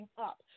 up